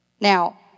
Now